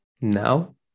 now